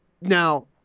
Now